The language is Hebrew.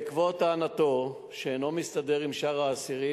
בעקבות טענתו שאינו מסתדר עם שאר האסירים,